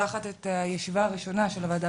אני פותחת את הישיבה הראשונה של הוועדה